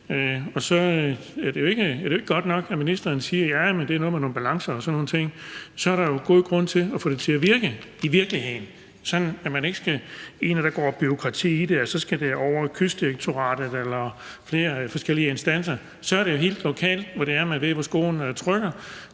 og så er det jo ikke godt nok, at ministeren siger, at det er noget med nogle balancer og sådan nogle ting. Så er der jo god grund til at få det til at virke i virkeligheden, inden der går bureaukrati i det og det så skal over Kystdirektoratet eller flere forskellige instanser. Det er jo helt lokalt, man ved, hvor skoen trykker,